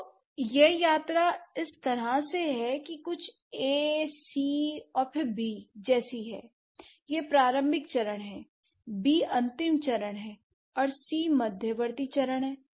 तो यह यात्रा इस तरह से है कि कुछ A C और फिर B जैसी है यह प्रारंभिक चरण है B अंतिम चरण है और C मध्यवर्ती चरण है